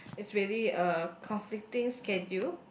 it's really uh conflicting schedule